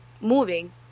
moving